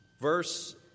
Verse